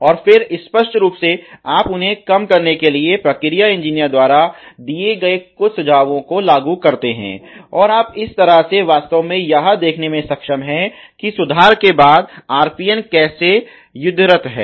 और फिर स्पष्ट रूप से आप उन्हें कम करने के लिए प्रक्रिया इंजीनियरों द्वारा दिए गए कुछ सुझावों को लागू करते हैं और इस तरह से आप वास्तव में यह देखने में सक्षम हैं कि सुधार के बाद RPN कैसे युद्धरत है